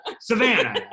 Savannah